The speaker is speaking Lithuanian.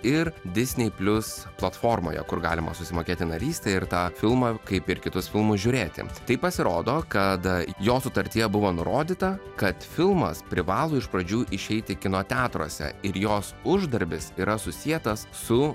ir disney plius platformoje kur galima susimokėti narystę ir tą filmą kaip ir kitus filmus žiūrėti tai pasirodo kada jos sutartyje buvo nurodyta kad filmas privalo iš pradžių išeiti kino teatruose ir jos uždarbis yra susietas su